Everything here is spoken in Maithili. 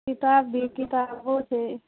किताब भी किताबो छै